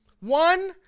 One